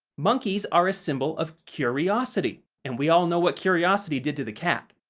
monkeys are a symbol of curiosity, and we all know what curiosity did to the cat.